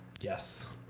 yes